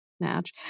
match